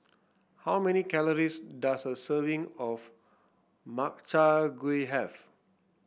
how many calories does a serving of Makchang Gui have